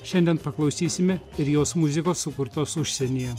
šiandien paklausysime ir jos muzikos sukurtos užsienyje